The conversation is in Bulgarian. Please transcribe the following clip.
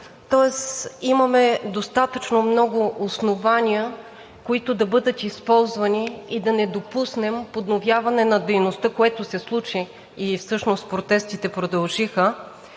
Тоест имаме достатъчно много основания, които да бъдат използвани и да не допуснем подновяване на дейността, което се случи и всъщност протестите продължиха,